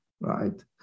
right